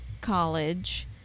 college